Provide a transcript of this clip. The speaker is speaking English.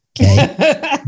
Okay